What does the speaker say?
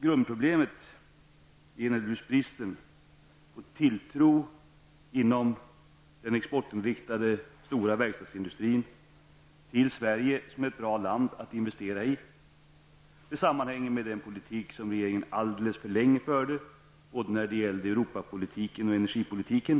Grundproblemet är naturligtvis bristen på tilltro inom den exportinriktade stora verkstadsindustrin till Sverige som ett bra land att investera i. Det sammanhänger med den politik som regeringen alldeles för länge förde både när det gäller Europapolitiken och energipolitiken.